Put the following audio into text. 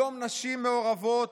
היום נשים מעורבות